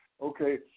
Okay